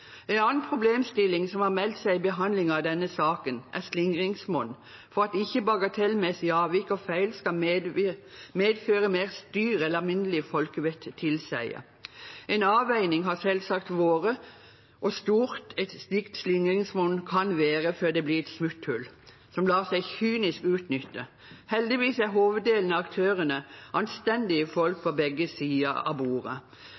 En annen problemstilling som har meldt seg i behandlingen av denne saken, er slingringsmonn – for at ikke bagatellmessige avvik og feil skal medføre mer styr enn alminnelig folkevett tilsier. En avveining har selvsagt vært hvor stort et slikt slingringsmonn kan være før det blir et smutthull som kynisk lar seg utnytte. Heldigvis er hoveddelen av aktørene anstendige folk på begge sider av bordet,